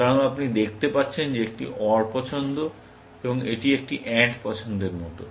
কারণ আপনি দেখতে পাচ্ছেন যে এটি একটি OR পছন্দ এবং এটি একটি AND পছন্দের মতো